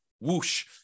whoosh